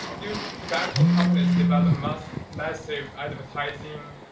duke tobacco companies develop massive massive advertising,